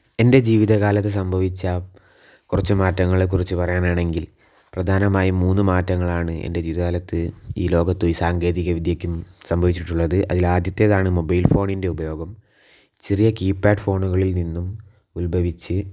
എൻറ്റെ ജീവിതകാലത്ത് സംഭവിച്ച കുറച്ച് മാറ്റങ്ങളെ കുറിച്ച് പറയാനാണെങ്കിൽ പ്രധാനമായും മൂന്ന് മാറ്റങ്ങളാണ് എൻറ്റെ ജീവിതകാലത്ത് ഈ ലോകത്തും ഈ സാങ്കേതിക വിദ്യക്കും സംഭവിച്ചിട്ടുള്ളത് അതിലാദ്യത്തേതാണ് മൊബൈൽ ഫോണിൻറ്റെ ഉപയോഗം ചെറിയ കീ പേഡ് ഫോണുകളിൽ നിന്നും ഉത്ഭവിച്ച്